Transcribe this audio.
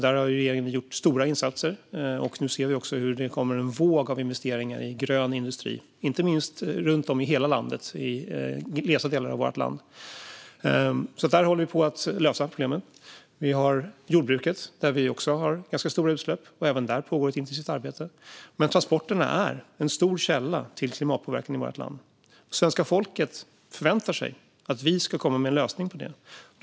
Där har regeringen gjort stora insatser. Nu ser vi också hur det kommer en våg av investeringar i grön industri runt om i hela landet, inte minst i glesa delar av vårt land. Där håller vi på att lösa problemen. En annan sektor är jordbruket, där vi också har ganska stora utsläpp. Även där pågår ett intensivt arbete. Men även transporterna är en stor källa till klimatpåverkan i vårt land. Svenska folket förväntar sig att vi ska komma med en lösning på detta.